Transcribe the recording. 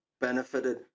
benefited